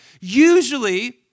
usually